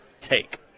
take